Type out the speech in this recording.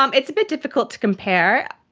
um it's a bit difficult to compare.